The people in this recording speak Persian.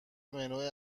منوی